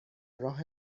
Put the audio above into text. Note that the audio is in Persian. راه